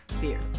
beer